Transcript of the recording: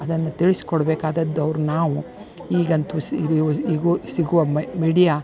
ಅದನ್ನು ತಿಳಿಸ್ಕೊಡ್ಬೇಕಾದದ್ದು ಅವ್ರು ನಾವು ಈಗಂತೂ ಸಿಗುವ ಮೀಡಿಯಾ